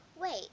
wait